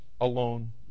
alone